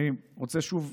שוב,